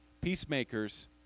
Peacemakers